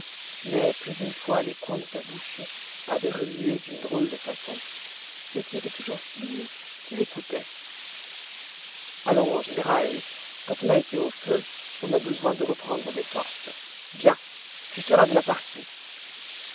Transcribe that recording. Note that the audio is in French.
mais plus d'une fois les coins de sa bouche avaient remué d'une drôle de façon ce qui était toujours signe qu'il écoutait allons général quand on a été au feu on a besoin de reprendre des forces viens tu seras de la partie